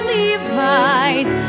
Levi's